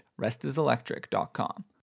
restiselectric.com